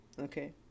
Okay